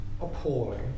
appalling